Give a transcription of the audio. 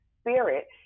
spirit